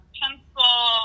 pencil